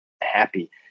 happy